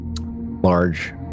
large